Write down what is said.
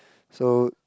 so